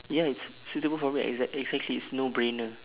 ya it's suitable for me exact~ exactly it's no-brainer